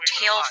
tail